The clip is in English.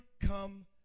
come